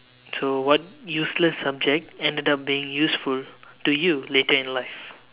so what useless subject ended up being useful to you later in life